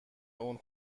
اون